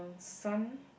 sun